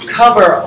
cover